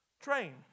train